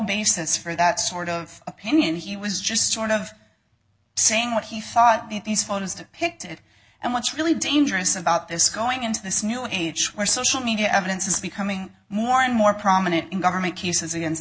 basis for that sort of opinion he was just sort of saying what he thought these photos depict it and what's really dangerous about this going into this new age where social media evidence is becoming more and more prominent in government cases against